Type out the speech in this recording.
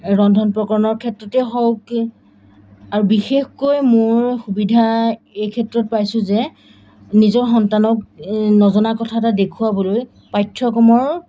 ৰন্ধন প্ৰকৰণৰ ক্ষেত্ৰতেই হওক আৰু বিশেষকৈ মোৰ সুবিধা এই ক্ষেত্ৰত পাইছোঁ যে নিজৰ সন্তানক এই নজনা কথা এটা দেখুৱাবলৈ পাঠ্যক্ৰমৰ